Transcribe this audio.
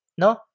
no